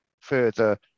further